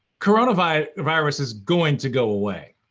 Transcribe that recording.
coronavirus is going to go away.